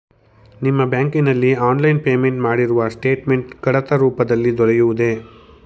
ನಿಮ್ಮ ಬ್ಯಾಂಕಿನಲ್ಲಿ online payment ಮಾಡಿರುವ ಸ್ಟೇಟ್ಮೆಂಟ್ ಕಡತ ರೂಪದಲ್ಲಿ ದೊರೆಯುವುದೇ?